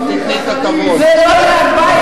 זה לא היה 14,